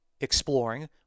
exploring